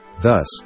Thus